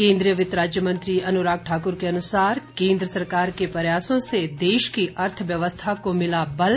केन्द्रीय वित्त राज्य मंत्री अनुराग ठाकुर के अनुसार केन्द्र सरकार के प्रयासों से देश की अर्थव्यवस्था को मिला बल